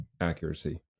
accuracy